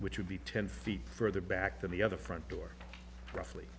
which would be ten feet further back than the other front door roughly